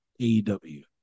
AEW